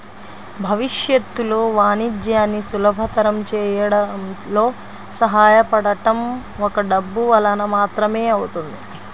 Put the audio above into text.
భవిష్యత్తులో వాణిజ్యాన్ని సులభతరం చేయడంలో సహాయపడటం ఒక్క డబ్బు వలన మాత్రమే అవుతుంది